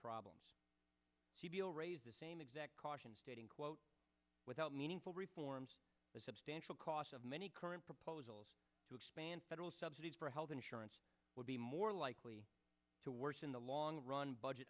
problems sebille raised the same exact caution stating quote without meaningful reforms the substantial cost of many current proposals to expand federal subsidies for health insurance would be more likely to worsen the long run budget